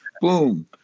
boom